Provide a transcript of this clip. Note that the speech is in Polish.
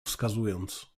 wskazując